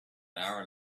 hour